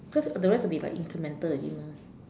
cause the rest will be like incremental already mah